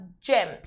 gem